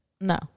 no